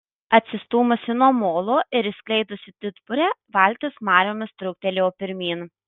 atsistūmusi nuo molo ir išskleidusi didburę valtis mariomis trūktelėjo pirmyn